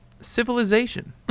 Civilization